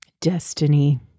Destiny